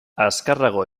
azkarrago